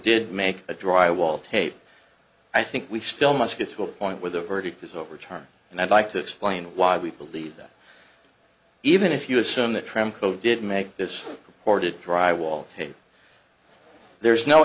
did make a dry wall tape i think we still must get to a point where the verdict is overturned and i'd like to explain why we believe that even if you assume the trim co did make this report it dry wall there's no